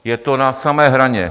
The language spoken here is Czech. Je to na samé hraně.